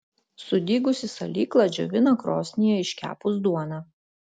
sudygusį salyklą džiovina krosnyje iškepus duoną